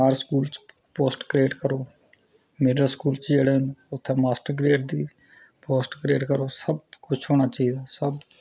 हर school post create करो मेरे school च जेह्ड़े उत्थै मास्टर ग्रेड दी पोस्टां क्रियेट करो कुछ होना चाहिदा सब